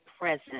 present